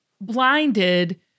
Blinded